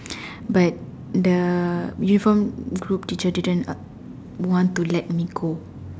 but the uniform group teacher didn't want to let me go